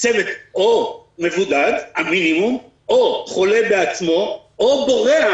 צוות או מבודד, המינימום, או חולה בעצמו, או בורח